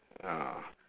ah